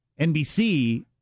nbc